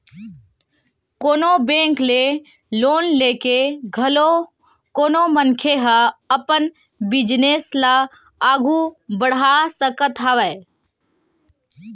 कोनो बेंक ले लोन लेके घलो कोनो मनखे ह अपन बिजनेस ल आघू बड़हा सकत हवय